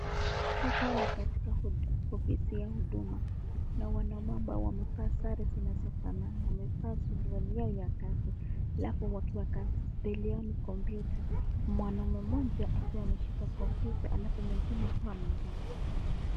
Hapa ni katika ofisi ya Huduma. Na wanaume wamevaa sare zinazofanana. Wamevaa suruali yao ya kazi, alafu wakiwa kazi. Mbele yao ni kompyuta. Mwanamume mmoja akiwa ameshika kompyuta alafu mwingine akiwa ameangalia kama